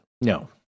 No